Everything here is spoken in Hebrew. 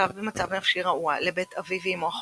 שמונה ילדים להורים ממוצא פולני-קתולי,